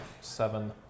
seven